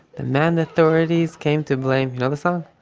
the man the authorities came to blame. you know the song?